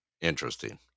interesting